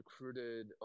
recruited